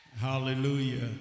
Hallelujah